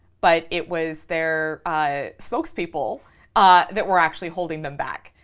but it was their ah spokespeople ah that were actually holding them back.